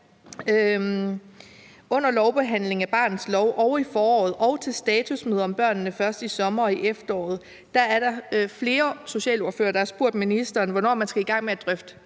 under lovbehandlingen af barnets lov, i foråret og til statusmøder om »Børnene Først« i sommer og i efteråret var der flere socialordførere, der har spurgt ministeren, hvornår man skal i gang med at drøfte